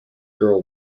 girl